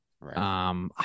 Right